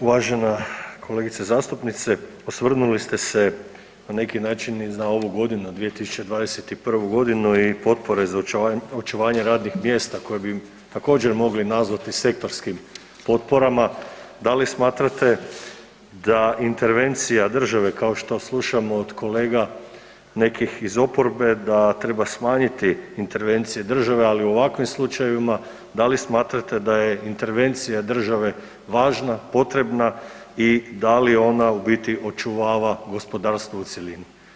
Uvažena kolegice zastupnice, osvrnuli ste se na neki način i na ovu godinu 2021. g. i potpore za očuvanje radnih mjesta koje bi također mogli zvati sektorskim potporama, da li smatrate da intervencija države kao što slušamo od kolega nekih iz oporbe, da treba smanjiti intervencije države ali u ovakvim slučajevima, da li smatrate da je intervencija države važna, potrebna i da li ona u biti očuvava gospodarstvo u cjelini?